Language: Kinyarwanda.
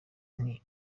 nti